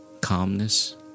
Calmness